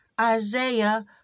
Isaiah